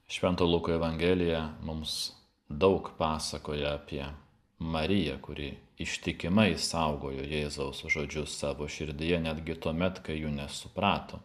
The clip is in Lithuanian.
švento luko evangelija mums daug pasakoja apie mariją kuri ištikimai saugojo jėzaus žodžius savo širdyje netgi tuomet kai jų nesuprato